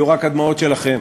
יהיו רק הדמעות שלכם.